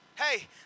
Hey